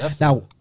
Now